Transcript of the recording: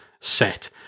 set